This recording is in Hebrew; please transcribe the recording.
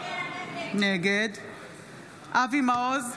נגד אבי מעוז,